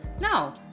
No